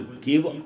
give